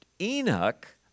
Enoch